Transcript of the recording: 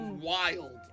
wild